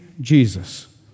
Jesus